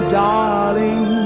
darling